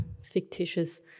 fictitious